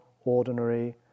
ordinary